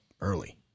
early